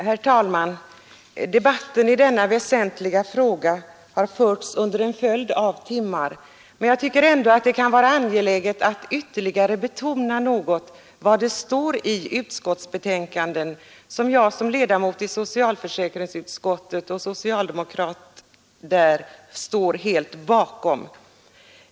Herr talman! Debatten i denna väsentliga fråga har förts under en följd av timmar, men jag tycker ändå att det kan vara angeläget att ytterligare understryka något av det som står i betänkandet, vilket jag som socialdemokratisk ledamot av socialförsäkringsutskottet står helt bakom.